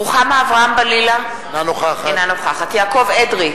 מיסז'ניקוב, נגד אורי מקלב, נגד יעקב מרגי,